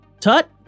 Tut